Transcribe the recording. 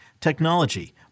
technology